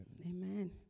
Amen